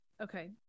Okay